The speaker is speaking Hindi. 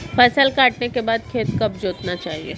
फसल काटने के बाद खेत कब जोतना चाहिये?